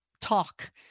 talk